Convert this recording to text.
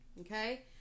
Okay